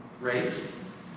race